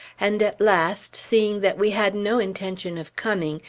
and at last, seeing that we had no intention of coming,